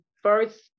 first